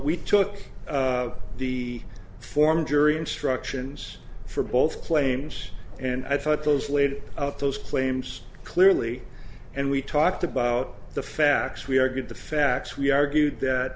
we took the form of jury instructions for both claims and i thought those laid out those claims clearly and we talked about the facts we argued the facts we argued that